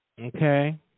Okay